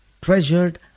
treasured